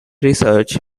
research